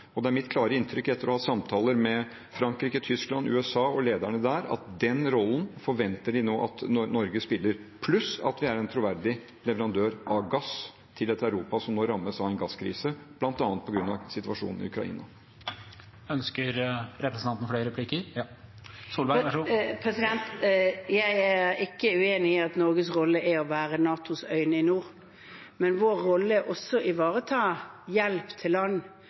Det er mitt klare inntrykk etter å ha hatt samtaler med Frankrike, Tyskland, USA og lederne der, at den rollen forventer de nå at Norge spiller – pluss at vi er en troverdig leverandør av gass til et Europa som nå rammes av en gasskrise, bl.a. på grunn av situasjonen i Ukraina. Erna Solberg – til oppfølgingsspørsmål. Jeg er ikke uenig i at Norges rolle er å være NATOs øyne i nord. Men vår rolle er også å ivareta hjelp til land